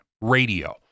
radio